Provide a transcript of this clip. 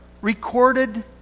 recorded